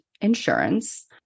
insurance